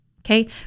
okay